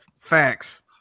Facts